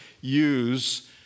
use